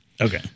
Okay